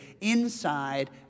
inside